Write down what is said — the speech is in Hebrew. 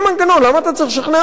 למה אתה צריך לשכנע אותי?